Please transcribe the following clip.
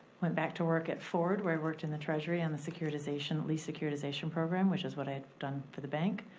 went back to work at ford, where i worked in the treasury on the securitization, lease securitization program, which is what i had done for the bank,